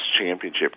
Championship